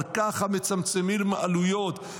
אבל ככה מצמצמים עלויות,